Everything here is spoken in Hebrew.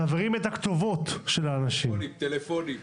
כתובות של אנשים.